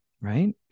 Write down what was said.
right